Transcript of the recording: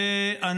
לכן,